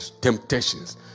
temptations